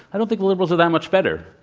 i don't think the liberals are that much better.